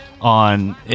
on